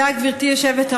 תודה, גברתי היושבת-ראש.